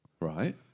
Right